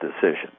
decision